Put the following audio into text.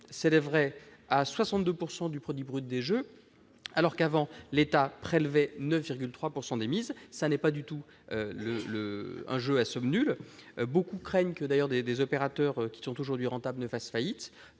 s'élèveraient à 62 % du produit brut des jeux, alors que l'État prélevait auparavant 9,3 % des mises. Ce n'est pas du tout un jeu à somme nulle ! Beaucoup craignent d'ailleurs que des opérateurs aujourd'hui rentables ne fassent faillite.